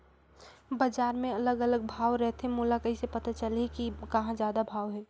बजार मे अलग अलग भाव रथे, मोला कइसे पता चलही कि कहां जादा भाव हे?